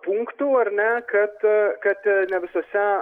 punktų ar ne kad kad ne visose